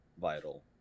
Vital